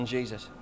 Jesus